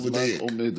עומד.